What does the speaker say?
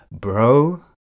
bro